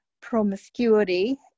promiscuity